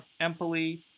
Empoli